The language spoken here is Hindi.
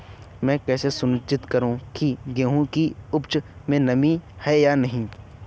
मैं कैसे सुनिश्चित करूँ की गेहूँ की उपज में नमी है या नहीं?